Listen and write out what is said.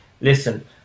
Listen